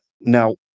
now